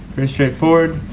pretty straightforward.